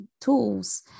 tools